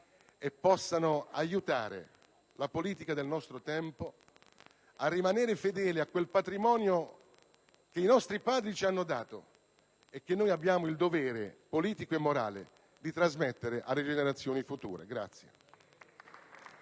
e per aiutare la politica del nostro tempo a rimanere fedele a quel patrimonio che i nostri padri ci hanno dato e che abbiamo il dovere politico e morale di trasmettere alle generazioni future.